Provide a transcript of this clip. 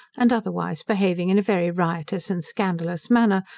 and otherwise behaving in a very riotous and scandalous manner,